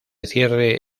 cierre